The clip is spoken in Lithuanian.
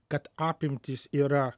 kad apimtys yra